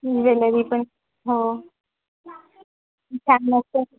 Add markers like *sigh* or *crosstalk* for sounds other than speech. ज्वेलरीपण हो *unintelligible*